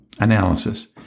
analysis